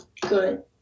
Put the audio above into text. good